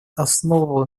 основу